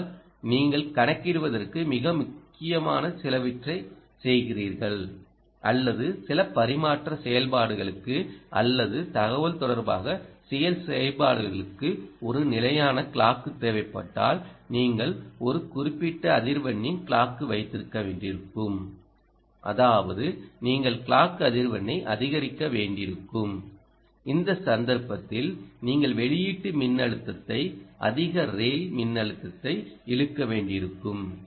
ஆனால் நீங்கள் கணக்கிடுவதற்கு மிக முக்கியமான சிலவற்றைச் செய்கிறீர்கள் அல்லது சில பரிமாற்ற செயல்பாடுகளுக்கு அல்லது தகவல்தொடர்பு தொடர்பாக சில செயல்பாடுகளுக்கு ஒரு நிலையான க்ளாக்கு தேவைப்பட்டால் நீங்கள் ஒரு குறிப்பிட்ட அதிர்வெண்ணின் க்ளாக்கு வைத்திருக்க வேண்டும் அதாவது நீங்கள் க்ளாக்கு அதிர்வெண்ணை அதிகரிக்க வேண்டியிருக்கும் இந்த சந்தர்ப்பத்தில் நீங்கள் வெளியீட்டு மின்னழுத்தத்தை அதிக ரெய்ல் மின்னழுத்தத்தை இழுக்க வேண்டியிருக்கும்